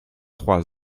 trois